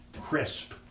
crisp